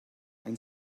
and